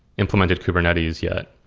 implemented kubernetes yet,